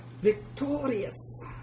Victorious